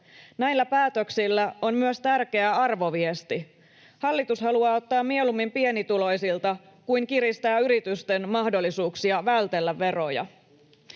Näillä päätöksillä on myös tärkeä arvoviesti. Hallitus haluaa mieluummin ottaa pienituloisilta kuin kiristää yritysten mahdollisuuksia vältellä veroja.